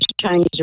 Chinese